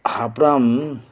ᱦᱟᱯᱲᱟᱢ